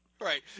Right